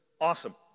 Awesome